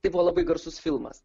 tai buvo labai garsus filmas